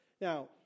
Now